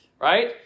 Right